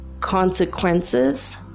consequences